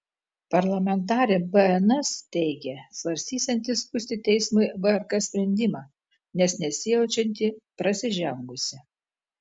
parlamentarė bns teigė svarstysianti skųsti teismui vrk sprendimą nes nesijaučianti prasižengusi